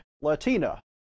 Latina